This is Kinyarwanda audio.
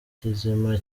kizima